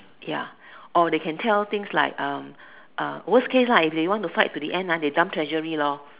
ya or they can tell things like um uh worst case lah if they want to fight to the end they dump treasury lor